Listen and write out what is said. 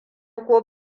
ko